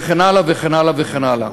וכן הלאה וכן הלאה וכן הלאה.